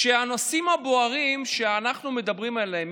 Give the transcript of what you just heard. הנושאים הבוערים שאנחנו מדברים עליהם,